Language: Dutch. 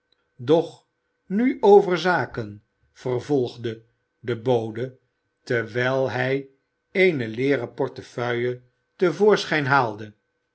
doch nu over zaken vervolgde de bode terwijl hij eene leeren portefeuille te voorschijn haalde